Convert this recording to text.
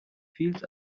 fields